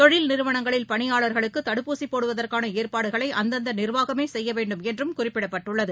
தொழில் நிறுவனங்களில் பணியாளர்களுக்குதடுப்பூசிபோடுவதற்கானஏற்பாடுகளைஅந்தந்தநிர்வாகமேசெய்யவேண்டும் என்றம் குறிப்பிடப்பட்டுள்ளது